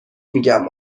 میگم